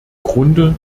grunde